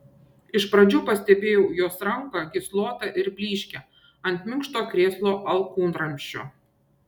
iš pradžių pastebėjau jos ranką gyslotą ir blyškią ant minkšto krėslo alkūnramsčio